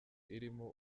irimo